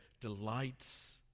delights